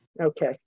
Okay